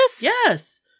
yes